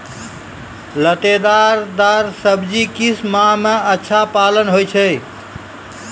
लतेदार दार सब्जी किस माह मे अच्छा फलन होय छै?